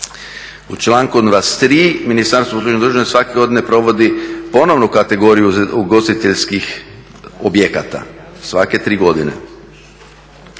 U članku 23. "Ministarstvo … svake godine provodi ponovnu kategoriju ugostiteljskih objekata, sve tri godine."